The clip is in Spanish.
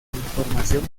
información